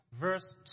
verse